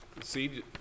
See